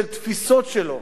של תפיסות שלו,